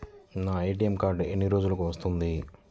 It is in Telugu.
నా ఏ.టీ.ఎం కార్డ్ ఎన్ని రోజులకు వస్తుంది?